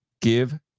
give